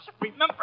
Remember